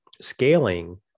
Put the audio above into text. scaling